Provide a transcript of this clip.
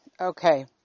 okay